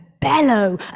bellow